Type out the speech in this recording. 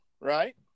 right